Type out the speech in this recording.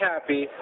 happy